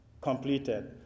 completed